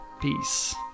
Peace